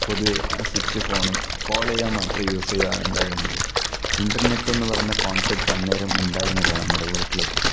പൊതുവേ സ്വിച്ച് ഫോണും കോള് ചെയ്യാൻ മാത്രമാണ് യൂസ് ചെയ്യാറുണ്ടായിരുന്നുള്ളൂ ഇന്റർനെറ്റ് എന്ന് പറയുന്ന കോൺസെപ്റ്റ് അന്നേരം ഉണ്ടായിരുന്നില്ല നമ്മുടെ വീട്ടിലൊക്കെ